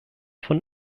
von